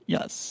Yes